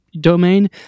domain